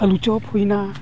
ᱟᱞᱩ ᱪᱚᱯ ᱦᱩᱭᱮᱱᱟ